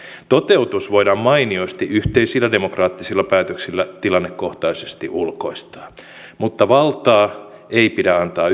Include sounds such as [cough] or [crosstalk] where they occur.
toteutus voidaan mainiosti yhteisillä demokraattisilla päätöksillä tilannekohtaisesti ulkoistaa mutta valtaa ei pidä antaa [unintelligible]